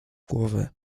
głowy